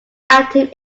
active